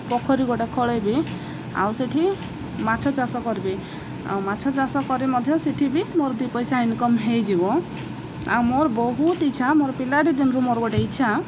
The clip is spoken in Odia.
ପୋଖରୀ ଗୋଟେ ଖୋଳେଇବି ଆଉ ସେଠି ମାଛ ଚାଷ କରିବି ଆଉ ମାଛ ଚାଷ କରି ମଧ୍ୟ ସେଠି ବି ମୋର ଦୁଇ ପଇସା ଇନକମ୍ ହେଇଯିବ ଆଉ ମୋର ବହୁତ ଇଚ୍ଛା ମୋର ପିଲାଟି ଦିନରୁ ମୋର ଗୋଟେ ଇଚ୍ଛା